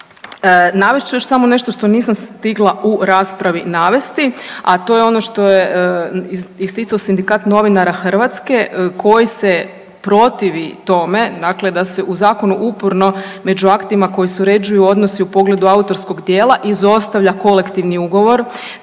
Navest ću još samo nešto što nisam stigla u raspravi navesti, a to je ono što je isticao Sindikat novinara Hrvatske koji se protivi tome da se u zakonu uporno među aktima koji se uređuju odnosi u pogledu autorskog djela izostavlja kolektivni ugovor